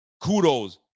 kudos